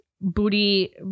booty